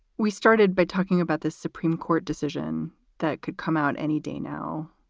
we started by talking about the supreme court decision that could come out any day now.